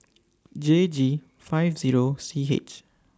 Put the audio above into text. J G five Zero C H